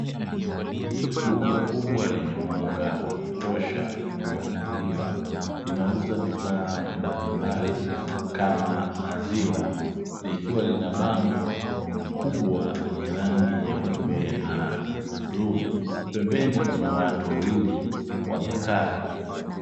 Duka kubwa lenye mwanga wa kutosha limefunguliwa linauza bidhaa mbalimbali kama maziwa likiwa lina bango kubwa lenye rangi nyeupe na bluu, pembeni kuna watu wawili wamekaa.